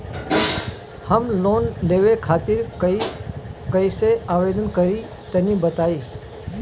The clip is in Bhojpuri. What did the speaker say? हम लोन लेवे खातिर कइसे आवेदन करी तनि बताईं?